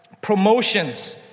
promotions